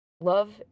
Love